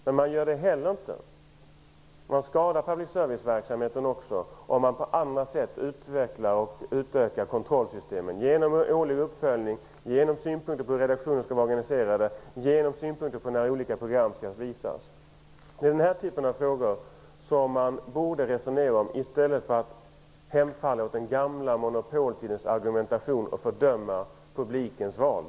Man skadar också public service-verksamheten om man på andra sätt utvecklar och utökar kontrollsystemen genom en årlig uppföljning, genom synpunkter på hur redaktionerna skall vara organiserade och genom synpunkter på när olika program skall visas. Det är den här typen av frågor som man borde resonera om i stället för att hemfalla åt den gamla monpoltidens argumentation och fördömanden av publikens val.